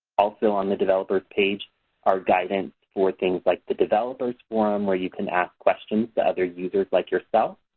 also on the developer page are guidance for things like the developer's forum, where you can ask questions to other users like yourself,